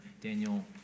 Daniel